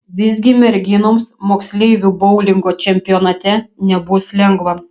visgi merginoms moksleivių boulingo čempionate nebus lengva